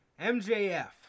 MJF